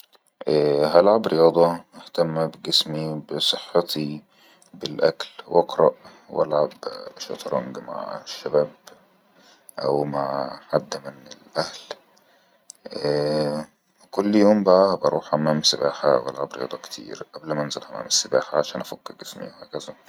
هلعب رياضة اهتم بجسمي بصحتي بالاكل و اقرأ و لعب شطرانج مع الشباب او مع حد من الاهل ءء لكل يوم بقى بروح حمام سباحة والعب رياضه كتير ئبل منزل حمام السباحة عشان افك جسمي وكدا